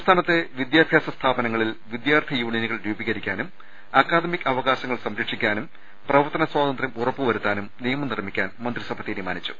സംസ്ഥാനത്തെ വിദ്യാഭ്യാസ സ്ഥാപനങ്ങളിൽ വിദ്യാർത്ഥി യൂണിയനുകൾ രൂപീകരിക്കാനും അക്കാദ മിക് അവകാശങ്ങൾ സംരക്ഷിക്കുന്നതിനും പ്രവർത്തന സ്വാതന്ത്ര്യം ഉറപ്പു വരുത്താനും നിയമം നിർമ്മിക്കാനും മന്ത്രിസഭ തീരുമാനിച്ചു